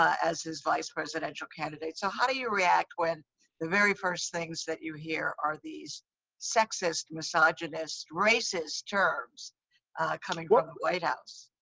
as his vice presidential candidate. so how do you react when the very first things that you hear are these sexist, misogynist, racist terms coming from the white house?